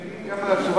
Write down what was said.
אני מלין גם על התשובה,